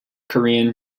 korean